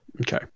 Okay